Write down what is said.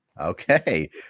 Okay